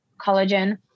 collagen